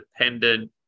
independent